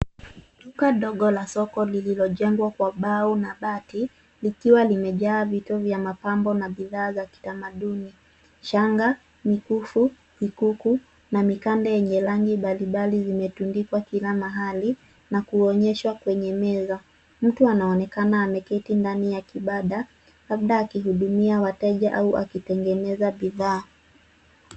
Duka dogo la soko lililojengwa kwa bao na bati, likiwa limejaa vitu vya mapambo na bidhaa za kitamaduni. Shanga, mikufu, vikuku na mikande ennye rangi mbalibali zimetundikwa kila mahali na kuonyeshwa kwenye meza. Mtu anawonekana ameketi ndani ya kibanda, labda aki hudumia wateja au akitengeneza bidhaa.